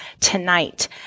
tonight